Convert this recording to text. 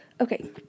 Okay